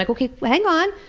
okay, hang on!